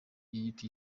yita